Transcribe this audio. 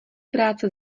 práce